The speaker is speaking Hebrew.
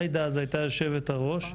עאידה היתה אז יושבת-הראש,